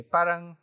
Parang